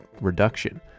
reduction